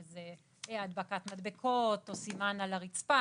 שזה הדבקת מדבקות או סימן על הרצפה.